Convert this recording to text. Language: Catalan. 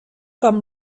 com